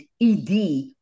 ED